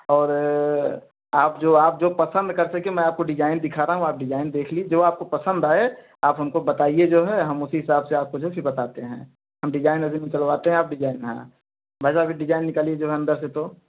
और आप जो आप जो पसंद कर सके मैं आपको डिजाइन दिखा रहा हूँ आप डिजाइन देखिए जो आपको पसंद आए आप हमको बताइए जो है हम उसी हिसाब से आपको जो है फिर बताते हैं हम डिजाइन अभी निकलवाते हैं आप डिजाइन हाँ भाईसाहब ये डिजाइन निकालिए जो है अंदर से तो